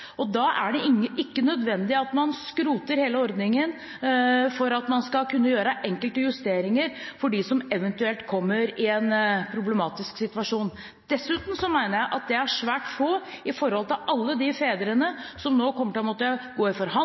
Da er det ikke nødvendig at man skroter hele ordningen for at man skal kunne gjøre enkelte justeringer for dem som eventuelt kommer i en problematisk situasjon. Dessuten mener jeg at det er svært få i forhold til alle de fedrene som nå kommer til å måtte gå i